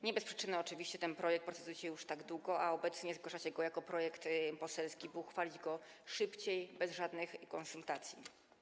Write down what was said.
Nie bez przyczyny oczywiście nad tym projektem procedujecie już tak długo, a obecnie zgłaszacie go jako projekt poselski, by uchwalić go szybciej, bez żadnych konsultacji.